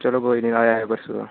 चलो कोई निं आया तां परसो